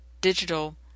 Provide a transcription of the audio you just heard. digital